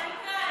אני כאן.